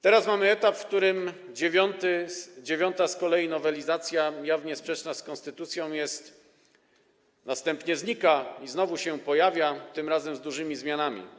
Teraz mamy etap, na którym dziewiąta z kolei nowelizacja jawnie sprzeczna z konstytucją jest, następnie znika i znowu się pojawia, tym razem z dużymi zmianami.